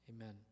Amen